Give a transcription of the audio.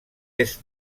est